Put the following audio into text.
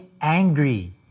angry